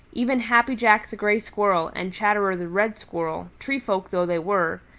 even happy jack the gray squirrel and chatterer the red squirrel, tree folk though they were,